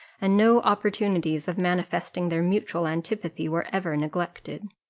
and no opportunities of manifesting their mutual antipathy were ever neglected.